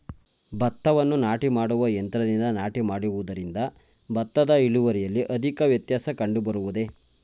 ಭತ್ತವನ್ನು ನಾಟಿ ಮಾಡುವ ಯಂತ್ರದಿಂದ ನಾಟಿ ಮಾಡುವುದರಿಂದ ಭತ್ತದ ಇಳುವರಿಯಲ್ಲಿ ಅಧಿಕ ವ್ಯತ್ಯಾಸ ಕಂಡುಬರುವುದೇ?